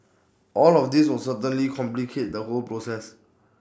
all of these will certainly complicate the whole process